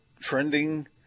trending